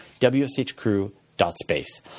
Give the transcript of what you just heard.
wshcrew.space